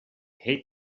hate